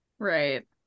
Right